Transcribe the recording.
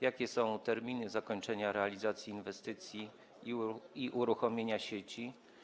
Jakie są terminy zakończenia realizacji inwestycji i uruchomienia sieci?